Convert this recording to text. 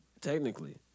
Technically